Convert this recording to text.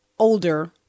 older